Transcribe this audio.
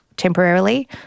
temporarily